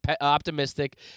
optimistic